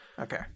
Okay